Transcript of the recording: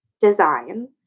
designs